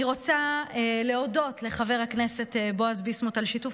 אני רוצה להודות לחבר הכנסת בועז ביסמוט על שיתוף